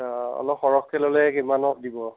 অলপ সৰহকৈ ল'লে কিমানত দিব